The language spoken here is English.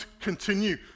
continue